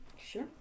sure